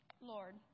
Lord